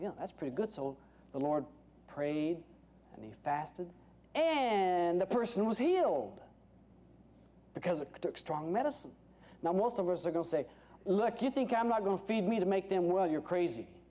know that's pretty good so the lord prayed and he fasted and the person was healed because of strong medicine now most of us are going to say look you think i'm not going to feed me to make them well you're crazy